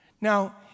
Now